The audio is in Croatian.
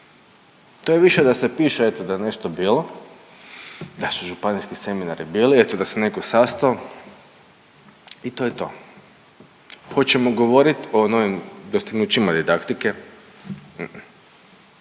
To je više da se piše eto da je nešto bilo, da su županijski seminari bili eto da se neko sastao i to je to. Hoćemo govorit o novim dostignućima didaktike?